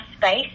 space